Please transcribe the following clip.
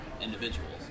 individuals